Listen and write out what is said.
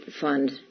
fund